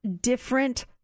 different